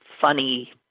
funny